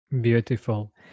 Beautiful